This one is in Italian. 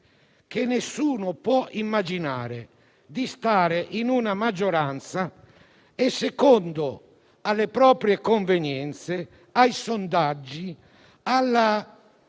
che nessuno può immaginare di stare in una maggioranza e, a seconda delle proprie convenienze, dei sondaggi, della